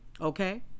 Okay